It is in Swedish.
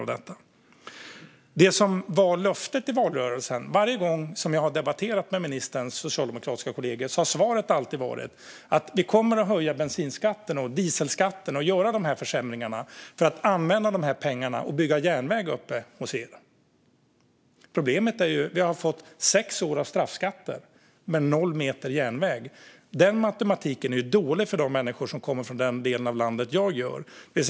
När det gäller det som var löftet i valrörelsen har svaret varje gång jag har debatterat med ministerns socialdemokratiska kollegor varit att ni kommer att höja bensinskatterna och dieselskatterna och göra de här försämringarna för att använda pengarna och bygga järnväg uppe hos oss. Problemet är att vi har fått sex år av straffskatter men noll meter järnväg. Den matematiken är dålig för de människor som kommer från den del av landet som jag kommer ifrån.